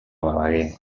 balaguer